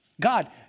God